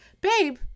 babe